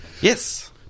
yes